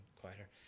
quieter